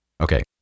Okay